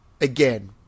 again